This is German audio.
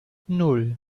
nan